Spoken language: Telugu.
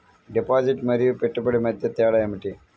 డిపాజిట్ మరియు పెట్టుబడి మధ్య తేడా ఏమిటి?